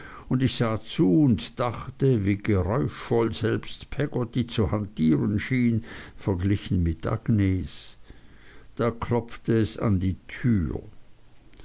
und ich sah zu und dachte wie geräuschvoll selbst peggotty zu hantieren schien verglichen mit agnes da klopfte es an die tür